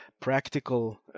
practical